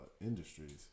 industries